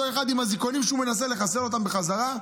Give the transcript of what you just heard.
אחד עם אזיקונים כשהוא מנסה לחסל אותם בחזרה?